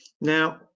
now